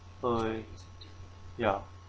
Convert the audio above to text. uh ya